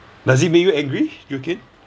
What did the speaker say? does it make you angry